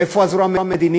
ואיפה הזרוע המדינית?